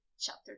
chapter